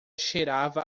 cheirava